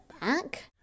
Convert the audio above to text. back